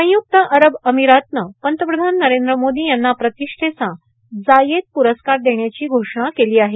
संयुक्त अरब अमिरातनं पंतप्रधान नरेंद्र मोदी यांना प्रतिष्ठेचा जायेद प्ररस्कार देण्याची घोषणा केली आहे